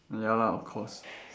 ya lah of course